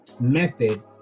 method